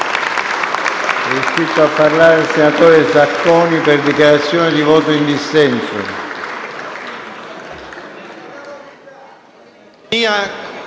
Grazie